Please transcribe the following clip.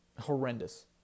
horrendous